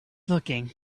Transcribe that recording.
looking